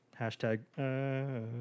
Hashtag